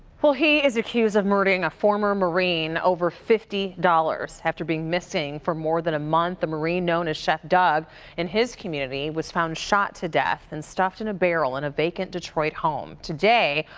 he is accused of murdering a former marine over fifty dollars. after being missing for more than a month, the marine known as chef doug in his community was found shot to death and stuffed in a barrel in a vacant detroit home. today,